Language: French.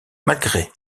malgré